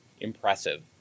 impressive